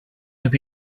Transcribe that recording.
hope